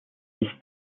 sicht